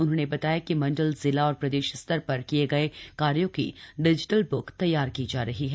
उन्होंने बताया कि मंडल जिला और प्रदेश स्तर पर किये गये कार्यों की डिजिटल बुक तैयार की जा रही हैं